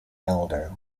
elder